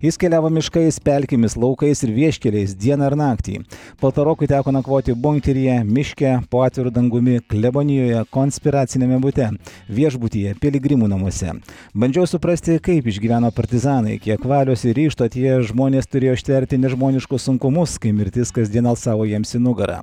jis keliavo miškais pelkėmis laukais ir vieškeliais dieną ir naktį paltarokui teko nakvoti bunkeryje miške po atviru dangumi klebonijoje konspiraciniame bute viešbutyje piligrimų namuose bandžiau suprasti kaip išgyveno partizanai kiek valios ir ryžto tie žmonės turėjo ištverti nežmoniškus sunkumus kai mirtis kasdien alsavo jiems į nugarą